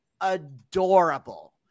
adorable